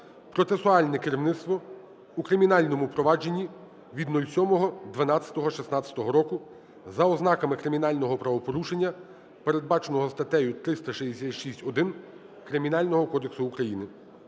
процесуальне керівництво у кримінальному провадженні від 07.12.16 року за ознаками кримінального правопорушення, передбаченого статтею 366.1 Кримінального кодексу України.